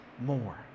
more